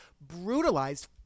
brutalized